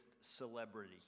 celebrity